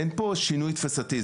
אין פה שינוי תפיסתי,